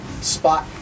spot